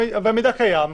החל מידיעה